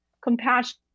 compassion